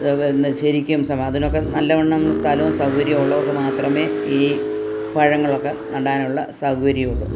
ഇതിപ്പോൾ എന്താ ശരിക്കും സാധനമൊക്കെ നല്ല വണ്ണം സ്ഥലവും സൗകര്യമുള്ളവർക്ക് മാത്രമേ ഈ പഴങ്ങളൊക്കെ നടാനുള്ള സൗകര്യമുള്ളൂ